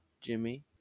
Jimmy